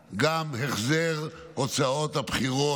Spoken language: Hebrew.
גם החזר הוצאות הבחירות